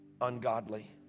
ungodly